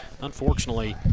unfortunately